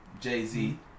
Jay-Z